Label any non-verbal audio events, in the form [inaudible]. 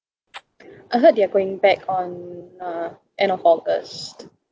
[noise] I heard they're going back on uh end of august